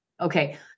Okay